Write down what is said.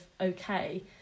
okay